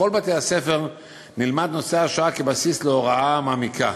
בכל בתי-הספר נלמד נושא השואה כבסיס להוראה מעמיקה.